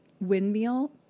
windmill